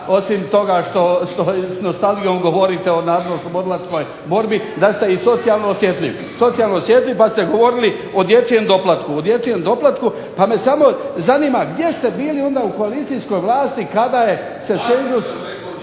osim toga što s nostalgijom govorite o Narodno oslobodilačkoj borbi, da ste i socijalno osjetljiv pa ste govorili o dječjem doplatku. Pa me samo zanima gdje ste bili onda u koalicijskoj vlasti kada je